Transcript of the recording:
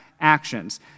actions